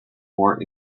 more